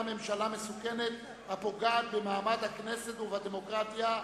ממשלה מסוכנת הפוגעת במעמד הכנסת ובדמוקרטיה.